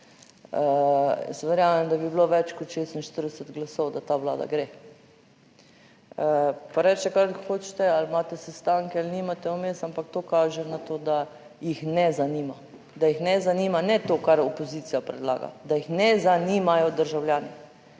verjamem, da bi bilo več kot 46 glasov, da ta Vlada gre, pa recite kar hočete, ali imate sestanke ali nimate vmes, ampak to kaže na to, da jih ne zanima, da jih ne zanima, ne to, kar opozicija predlaga, da jih ne zanimajo državljani,